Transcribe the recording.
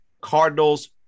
Cardinals